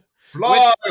Fly